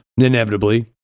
Inevitably